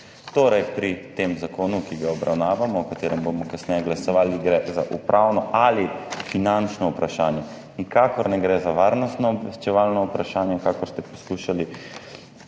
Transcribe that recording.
Torej, pri tem zakonu, ki ga obravnavamo, o katerem bomo kasneje glasovali, gre za upravno ali finančno vprašanje, nikakor ne gre za varnostno obveščevalno vprašanje, kakor ste poskušali